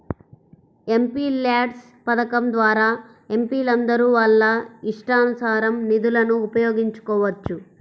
MPLADS పథకం ద్వారా ఎంపీలందరూ వాళ్ళ ఇష్టానుసారం నిధులను ఉపయోగించుకోవచ్చు